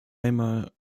einmal